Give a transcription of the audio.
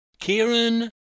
Kieran